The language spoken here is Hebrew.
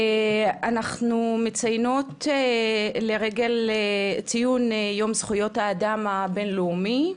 אנחנו מציינות לרגל ציון יום זכויות האדם הבין-לאומי.